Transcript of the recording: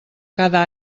cada